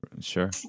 Sure